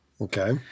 Okay